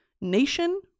Nation